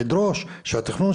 אדוני חה"כ מרעי,